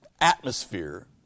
atmosphere